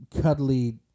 cuddly